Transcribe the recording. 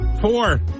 Four